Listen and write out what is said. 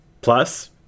Plus